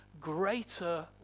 greater